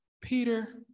Peter